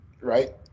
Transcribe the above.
right